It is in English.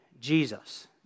Jesus